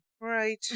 right